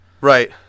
Right